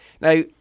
Now